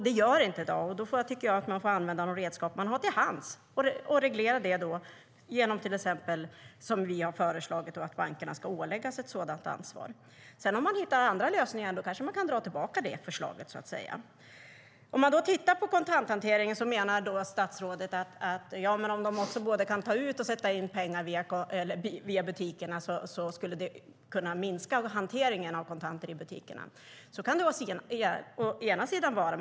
Det gör det inte i dag, och då måste ni använda de redskap som finns till hands och reglera det genom till exempel det vi har föreslagit, nämligen att bankerna ska åläggas ett sådant ansvar. Hittar ni andra lösningar kanske ni kan dra tillbaka vårt förslag. Statsrådet menar att om folk både kan ta ut och sätta in pengar via butikerna kan det minska hanteringen av kontanter i butikerna. Så kan det å ena sida vara.